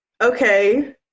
Okay